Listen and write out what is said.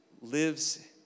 lives